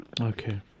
Okay